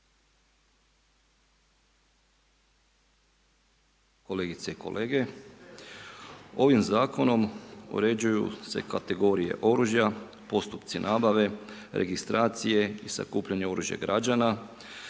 Kolegice i kolege. Ovim zakonom uređuje se kategorije oružja, postupci nabave, registracije i sakupljanja oružja građana,